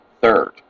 Third